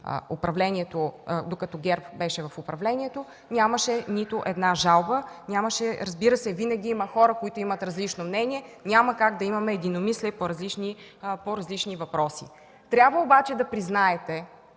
докато ГЕРБ беше в управлението, нямаше нито една жалба. Разбира се, винаги има хора, които имат различно мнение. Няма как да имаме единомислие по различни въпроси. Трябва обаче да признаете,